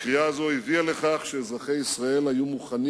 הקריאה הזאת הביאה לכך שאזרחי ישראל היו מוכנים